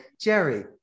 Jerry